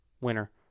winner